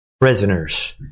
prisoners